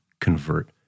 convert